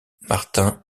martin